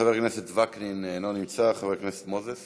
חבר הכנסת וקנין, אינו נמצא, חבר הכנסת מוזס